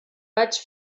vaig